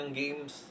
games